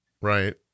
Right